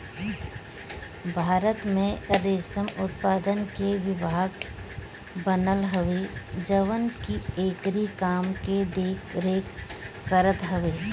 भारत में रेशम उत्पादन के विभाग बनल हवे जवन की एकरी काम के देख रेख करत हवे